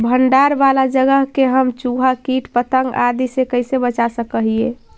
भंडार वाला जगह के हम चुहा, किट पतंग, आदि से कैसे बचा सक हिय?